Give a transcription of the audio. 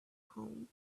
home